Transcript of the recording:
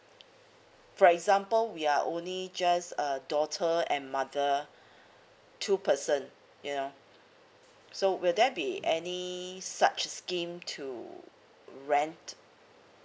for example we are only just a daughter and mother two person you know so will there be any such scheme to rent